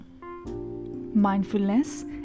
Mindfulness